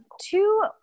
two